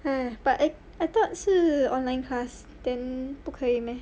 !aiya! but I I thought 是 online class then 不可以 meh